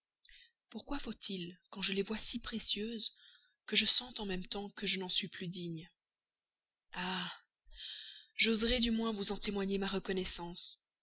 pourquoi faut-il quand je les vois si précieuses que je sente en même temps que je n'en suis plus digne ah j'oserai du moins vous en témoigner ma reconnaissance